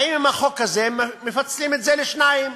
באים עם החוק הזה ומפצלים את זה לשניים: